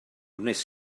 wnes